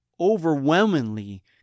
overwhelmingly